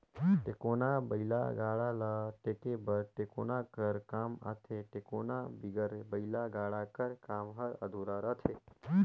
टेकोना बइला गाड़ा ल टेके बर टेकोना कर काम आथे, टेकोना बिगर बइला गाड़ा कर काम हर अधुरा रहथे